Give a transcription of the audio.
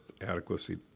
adequacy